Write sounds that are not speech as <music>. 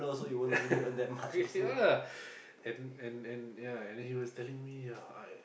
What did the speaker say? <laughs> ya and and and ya and he was telling me ya I